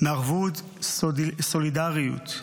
מערבות ומסולידריות,